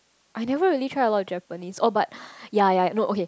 I never really try a lot Japanese oh but yea yea I know okay